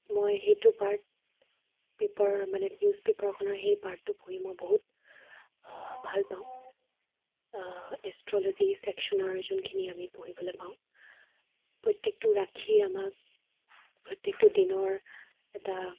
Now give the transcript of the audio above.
মই সেইটো part paper মানে নিউজপেপাৰখনৰ সেই পাৰ্টটো পঢ়ি মই বহুত ভাল পাওঁ এষ্ট্ৰলজি চেকশ্যনৰ যোনখিনি আমি পঢ়িবলৈ পাওঁ প্ৰত্যেকটো ৰাশিৰ আমাক প্ৰত্যেকটো দিনৰ এটা